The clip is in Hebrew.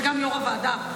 וגם יו"ר הוועדה,